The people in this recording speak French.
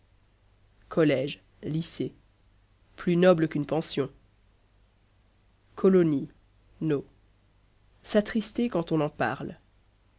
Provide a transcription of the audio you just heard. college lycée plus noble qu'une pension colonies nos s'attrister quand on en parle